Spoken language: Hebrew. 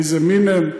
מאיזה מין הם.